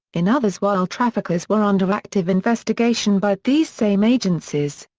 in others while traffickers were under active investigation by these same agencies.